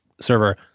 server